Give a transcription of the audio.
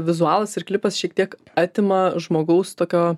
vizualas ir klipas šiek tiek atima žmogaus tokio